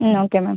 ம் okay ma'am